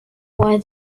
why